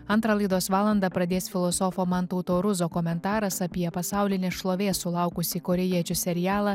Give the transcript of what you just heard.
antrą laidos valandą pradės filosofo mantauto ruzo komentaras apie pasaulinės šlovės sulaukusį korėjiečių serialą